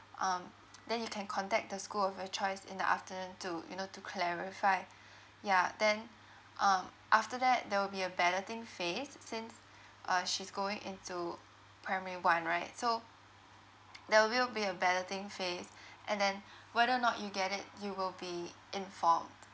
um then you can contact the school of your choice in the afternoon to you know to clarify yeah then um after that there will be a balloting phase since uh she's going into primary one right so there will will be a balloting phase and then whether or not you get it you will be informed